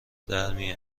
درمی